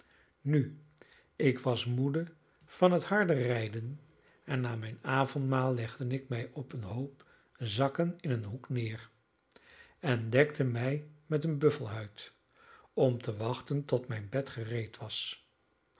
nu ik was moede van het harde rijden en na mijn avondmaal legde ik mij op een hoop zakken in een hoek neer en dekte mij met een buffelhuid om te wachten tot mijn bed gereed was